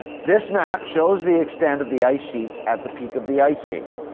this map shows the extent of the ice sheets at the peak of the ice age.